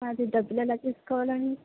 అది డబ్బులు ఎలా తీసుకోవాలండీ